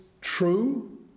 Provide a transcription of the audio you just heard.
true